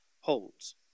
holds